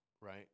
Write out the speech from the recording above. right